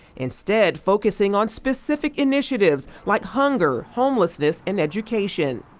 instead focusing on specific initiatives like hunger, homelessness and education.